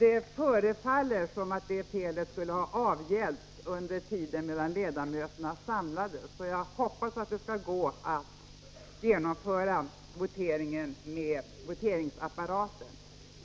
Det förefaller som om felet skulle ha avhjälpts under tiden medan ledamöterna samlades, och jag hoppas att det skall gå att genomföra voteringen med voteringsapparaten.